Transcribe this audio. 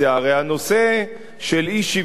הרי הנושא של אי-שוויון